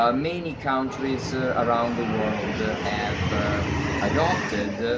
um many countries ah around the world have adopted